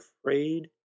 afraid